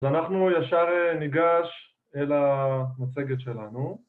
‫אז אנחנו ישר ניגש אל המצגת שלנו.